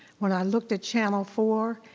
when i looked at channel four,